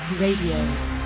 Radio